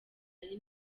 ari